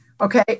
Okay